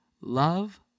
love